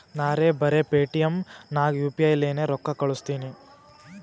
ನಾರೇ ಬರೆ ಪೇಟಿಎಂ ನಾಗ್ ಯು ಪಿ ಐ ಲೇನೆ ರೊಕ್ಕಾ ಕಳುಸ್ತನಿ